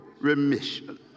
remission